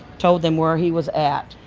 told them where he was at,